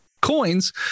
coins